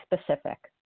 specific